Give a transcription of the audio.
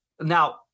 now